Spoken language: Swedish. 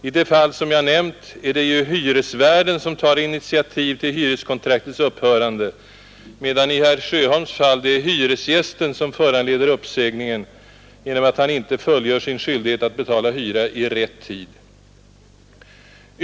I de fall jag nämnt är det ju hyresvärden som tar initiativ till kontraktets upphörande, medan i herr Sjöholms fall det är hyresgästen som föranleder uppsägningen genom att han inte fullgör sin skyldighet att betala hyra i rätt tid.